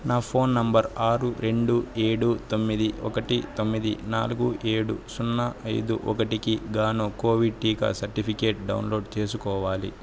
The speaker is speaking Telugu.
నా ఫోన్ నంబర్ ఆరు రెండు ఏడు తొమ్మిది ఒకటి తొమ్మిది నాలుగు ఏడు సున్నా ఐదు ఒకటికి గాను కోవిడ్ టీకా సర్టిఫికేట్ డౌన్లోడ్ చేసుకోవాలి